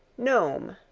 gnome,